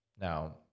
Now